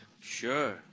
Sure